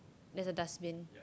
there's a dustbin